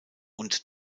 und